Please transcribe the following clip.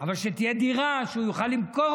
אבל שתהיה דירה שהוא יוכל למכור,